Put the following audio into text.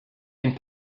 and